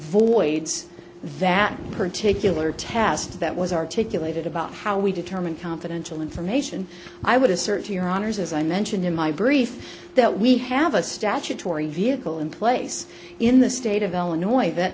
voids that particular task that was articulated about how we determine confidential information i would assert to your honor's as i mentioned in my brief that we have a statutory vehicle in place in the state of illinois